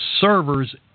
servers